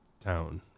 town